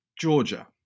georgia